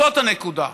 זאת הנקודה.